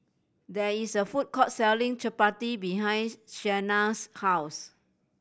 there is a food court selling Chapati behind Shania's house